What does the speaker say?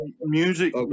music